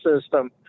system